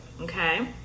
okay